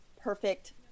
perfect